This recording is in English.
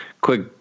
quick